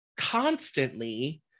Constantly